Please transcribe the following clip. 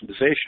customization